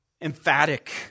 emphatic